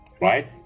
right